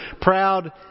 proud